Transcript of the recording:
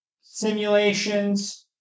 simulations